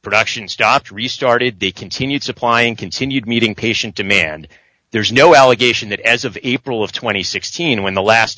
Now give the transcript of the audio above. production stopped restarted they continued supplying continued meeting patient demand there's no allegation that as of april of two thousand and sixteen when the last